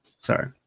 Sorry